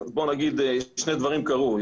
שני דברים קרו,